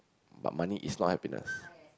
but money is not happiness